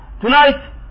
Tonight